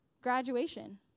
graduation